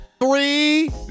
Three